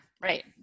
Right